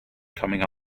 coming